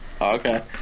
Okay